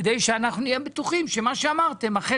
כדי שאנחנו נהיה בטוחים שמה שאמרתם אכן